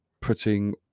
putting